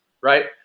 Right